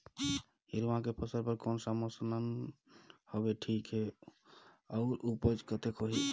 हिरवा के फसल बर कोन सा मौसम हवे ठीक हे अउर ऊपज कतेक होही?